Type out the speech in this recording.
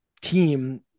team